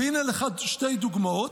הינה לך שתי דוגמאות,